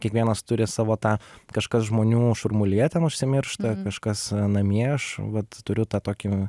kiekvienas turi savo tą kažkas žmonių šurmulyje ten užsimiršta kažkas namie aš vat turiu tą tokį